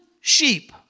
sheep